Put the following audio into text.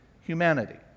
humanity